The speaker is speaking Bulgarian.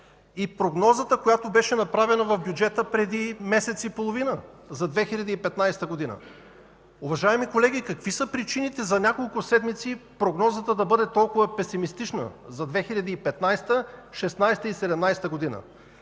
и прогнозата, която беше направена в бюджета преди месец и половина за 2015 г., уважаеми колеги, какви са причините за няколко седмици прогнозата да бъде толкова песимистична за 2015, 2016 и 2017 г.?